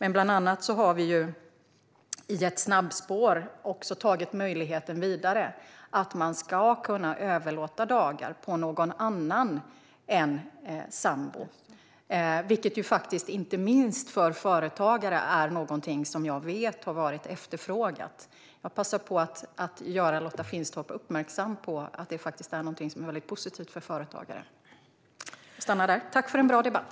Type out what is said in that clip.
Vi har också, i ett snabbspår, bland annat tagit möjligheten vidare att det ska bli möjligt att överlåta dagar på någon annan än sambo. Det är något jag vet har efterfrågats, inte minst av företagare. Jag passar på att uppmärksamma Lotta Finstorp på att det är något som är positivt för företagare. Tack för en bra debatt!